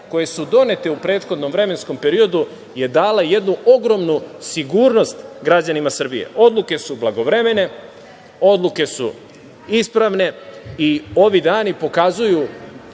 koje su donete u prethodnom vremenskom periodu je dala jednu ogromnu sigurnost građanima Srbije. Odluke su blagovremene, odluke su ispravne i ovi dani pokazuju